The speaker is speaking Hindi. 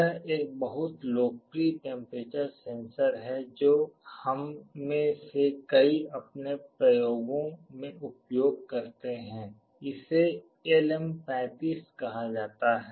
यह एक बहुत लोकप्रिय टेम्पेरेचर सेंसर है जो हम में से कई अपने प्रयोगों में उपयोग करते हैं इसे LM35 कहा जाता है